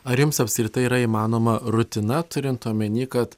ar jums apskritai yra įmanoma rutina turint omeny kad